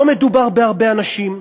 לא מדובר בהרבה אנשים,